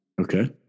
Okay